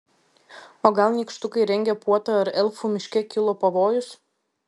o gal nykštukai rengia puotą ar elfų miške kilo pavojus